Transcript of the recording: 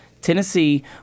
Tennessee